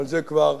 אבל זה כבר